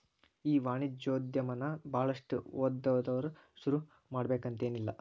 ಈ ವಾಣಿಜ್ಯೊದಮನ ಭಾಳಷ್ಟ್ ಓದ್ದವ್ರ ಶುರುಮಾಡ್ಬೆಕಂತೆನಿಲ್ಲಾ